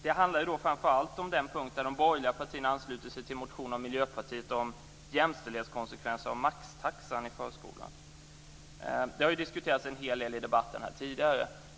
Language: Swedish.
Det handlar framför allt om den punkt där de borgerliga partierna ansluter sig till motionen av Miljöpartiet om jämställdhetskonsekvenser av maxtaxan i förskolan. Det har diskuterats en hel del i debatten tidigare.